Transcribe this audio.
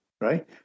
right